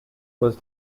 was